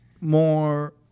more